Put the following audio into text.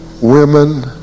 Women